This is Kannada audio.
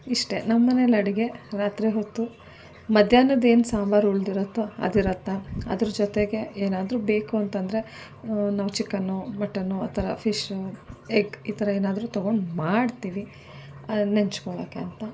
ಇಷ್ಟೇ ನಮ್ಮನೆಯಲ್ಲಿ ಅಡುಗೆ ರಾತ್ರಿ ಹೊತ್ತು ಮಧ್ಯಾಹ್ನದ ಏನು ಸಾಂಬಾರು ಉಳ್ದಿರುತ್ತೋ ಅದಿರುತ್ತಾ ಅದ್ರ ಜೊತೆಗೆ ಏನಾದ್ರೂ ಬೇಕು ಅಂತ ಅಂದ್ರೆ ನಾವು ಚಿಕನ್ನು ಮಟನ್ನು ಆ ಥರ ಫಿಶ್ಶು ಎಗ್ ಈ ಥರ ಏನಾದ್ರೂ ತೊಗೊಂಡು ಮಾಡ್ತೀವಿ ಅದನ್ನ ನೆಂಚ್ಕೊಳ್ಳೋಕ್ಕೆ ಅಂತ